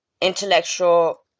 intellectual